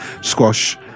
squash